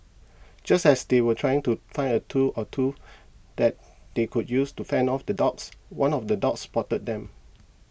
just as they were trying to find a tool or two that they could use to fend off the dogs one of the dogs spotted them